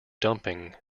dumping